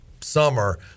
summer